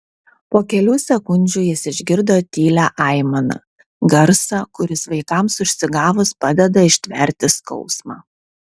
po kelių sekundžių jis išgirdo tylią aimaną garsą kuris vaikams užsigavus padeda ištverti skausmą